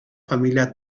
familia